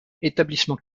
établissement